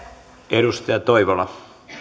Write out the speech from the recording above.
arvoisa herra